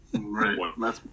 Right